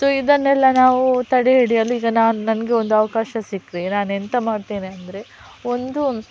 so ಇದನ್ನೆಲ್ಲ ನಾವು ತಡೆ ಹಿಡಿಯಲು ಈಗ ನಾನು ನನಗೆ ಒಂದು ಅವಕಾಶ ಸಿಕ್ಕರೆ ನಾನು ಎಂಥ ಮಾಡ್ತೇನೆ ಅಂದರೆ ಒಂದು